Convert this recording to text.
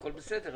הכל בסדר,